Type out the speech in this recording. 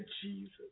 Jesus